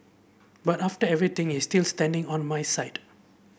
but after everything he is still standing on my side